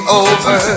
over